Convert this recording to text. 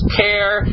care